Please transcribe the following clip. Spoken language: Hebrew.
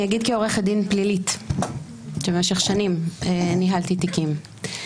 אני אגיד כעורכת דין פלילית שבמשך שנים ניהלה תיקים,